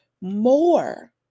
more